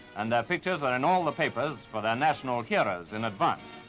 and their pictures are in all the papers, for they're national heroes in advance.